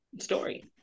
story